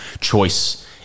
choice